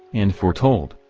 and foretold,